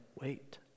wait